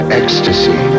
ecstasy